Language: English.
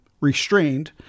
restrained